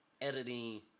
editing